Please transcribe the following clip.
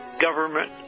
government